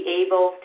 able